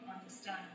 understand